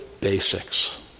basics